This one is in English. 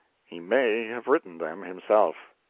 he may have written them himself.